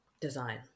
design